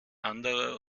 anderer